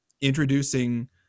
introducing